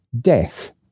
death